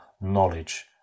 knowledge